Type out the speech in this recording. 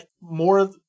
more